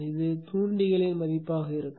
இது தூண்டிகளின் மதிப்பாக இருக்கும்